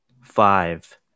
Five